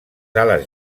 ales